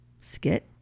skit